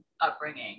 upbringing